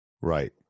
Right